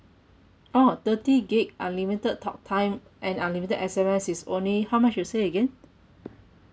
orh thirty gig unlimited talk time and unlimited S_M_S it's only how much you say again